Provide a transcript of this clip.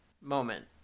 moment